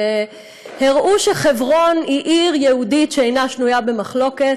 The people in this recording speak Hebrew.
שהראו שחברון היא עיר יהודית שאינה שנויה במחלוקת.